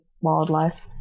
wildlife